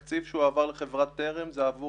התקציב שהועבר לחברת טרם הוא עבור